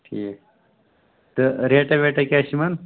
ٹھیٖک تہٕ ریٹا ویٹا کیٛاہ چھِ یِمن